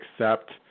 accept